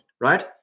right